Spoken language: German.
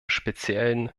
speziellen